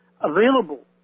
available